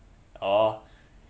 oh